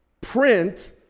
print